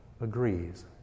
agrees